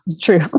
true